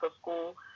school